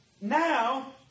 now